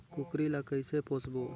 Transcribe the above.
कूकरी ला कइसे पोसबो?